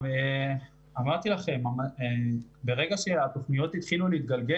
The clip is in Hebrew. אמרתי שברגע שהתוכניות התחילו להתגלגל